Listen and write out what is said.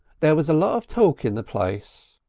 there was a lot of talk in the place.